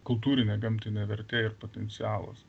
kultūrinė gamtinė vertė ir potencialas